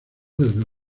desde